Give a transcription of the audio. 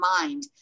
mind